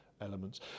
elements